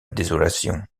désolation